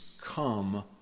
come